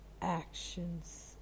actions